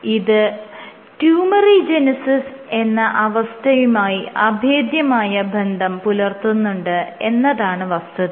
ഇത് ട്യൂമറിജെനിസിസ് എന്ന അവസ്ഥയുമായി അഭേദ്യമായ ബന്ധം പുലർത്തുന്നുണ്ട് എന്നതാണ് വസ്തുത